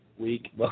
Week